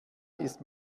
ist